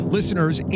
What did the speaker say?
Listeners